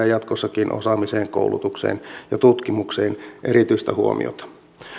jatkossakin osaamiseen koulutukseen ja tutkimukseen erityistä huomiota